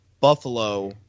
Buffalo